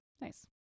nice